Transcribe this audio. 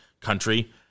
country